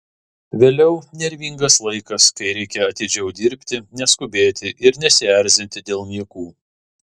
vėliau nervingas laikas kai reikia atidžiau dirbti neskubėti ir nesierzinti dėl niekų